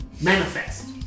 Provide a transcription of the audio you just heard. manifest